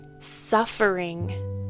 suffering